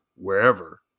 wherever